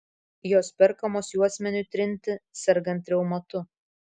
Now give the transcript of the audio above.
jos perkamos juosmeniui trinti sergant reumatu